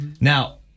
Now